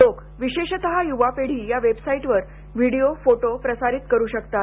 लोक विशेषतः युवा पिढी या वेबसाईटवर व्हिडीओ फोटो प्रसारित करू शकतात